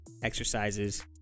Exercises